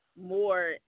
more